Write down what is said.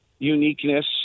uniqueness